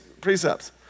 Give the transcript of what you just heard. Precepts